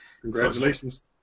Congratulations